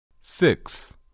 Six